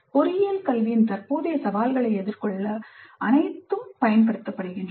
பொறியியல் கல்வியின் தற்போதைய சவால்களை எதிர்கொள்ள அனைத்தும் பயன்படுத்தப்படுகின்றன